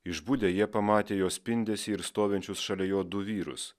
išbudę jie pamatė jo spindesį ir stovinčius šalia jo du vyrus